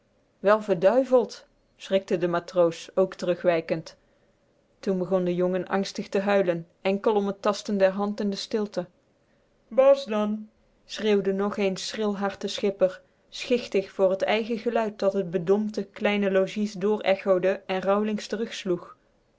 wel verduiveld schrikte de matroos k terugwijkend toen begon de jongen angstig te huilen ènkel om t tasten der hand in de stilte bàs dan schreeuwde nog eens schril hard de schipper schichtig voor t eigen geluid dat t bedompte kleine logies door echode en